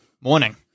morning